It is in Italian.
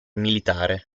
militare